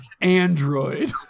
android